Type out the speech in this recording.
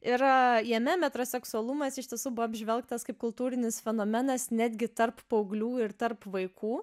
ir jame metro seksualumas iš tiesų buvo apžvelgtas kaip kultūrinis fenomenas netgi tarp paauglių ir tarp vaikų